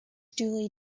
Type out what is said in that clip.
duly